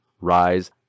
rise